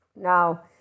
Now